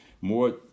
more